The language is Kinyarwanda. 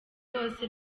bose